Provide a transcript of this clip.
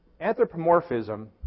Anthropomorphism